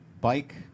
bike